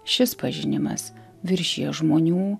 šis pažinimas viršija žmonių